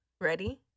Ready